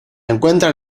encuentran